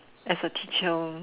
as a teacher